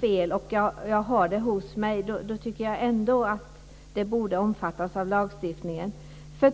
fel, kan man ändå få informationen till sig. Jag tycker att också sådant tillställande borde omfattas av lagstiftningen.